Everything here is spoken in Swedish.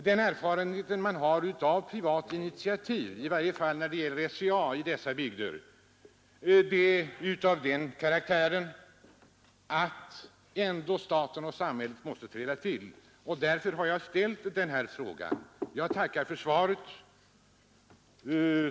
Den erfarenhet man har i dessa bygder av privat initiativ, i varje fall när det gäller SCA, är av den karaktären att staten och samhället ändå måste träda in. Därför har jag ställt denna fråga. Jag tackar för svaret.